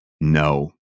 no